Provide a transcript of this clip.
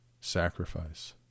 sacrifice